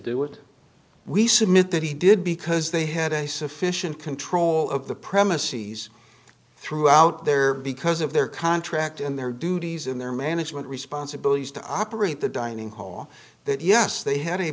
do it we submit that he did because they had a sufficient control of the premises throughout there because of their contract and their duties and their management responsibilities to operate the dining hall that yes they had a